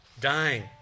dying